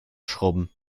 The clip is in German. schrubben